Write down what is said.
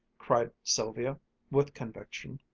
cried sylvia with conviction.